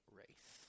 race